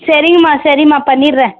சரிங்கம்மா சரிமா பண்ணிடுறேன்